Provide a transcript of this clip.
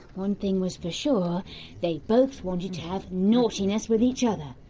one thing was for sure they both wanted to have naughtiness with each other.